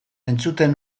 entzuten